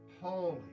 holy